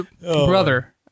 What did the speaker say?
brother